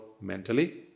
mentally